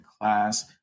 class